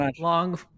long